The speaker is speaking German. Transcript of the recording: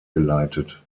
geleitet